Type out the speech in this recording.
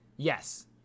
Yes